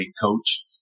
coach